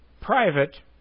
private